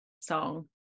song